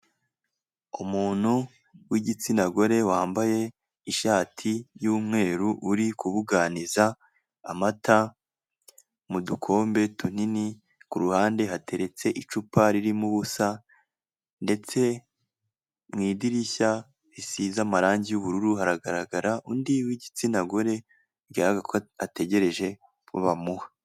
Umuntu w'igitsina gore wambaye ishati y'umweru uri kubuganiza amata mu dukombe tunini, kuruhande hateretse icupa ririmo ubusa ndetse mu idirishya risize amarange y'ubururu haragaragara undi w'igitsina gore bigaragara ko ategereje ko bamuha.